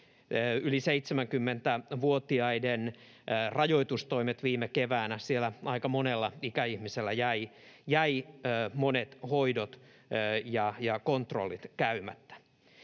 yli 70-vuotiaiden rajoitustoimet viime keväänä. Siellä aika monella ikäihmisellä jäivät monet hoidot ja kontrollit käymättä.